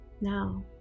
Now